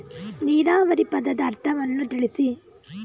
ನೀರಾವರಿ ಪದದ ಅರ್ಥವನ್ನು ತಿಳಿಸಿ?